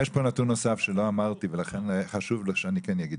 יש פה נתון נוסף שלא אמרתי ולכן חשוב שאני כן אגיד.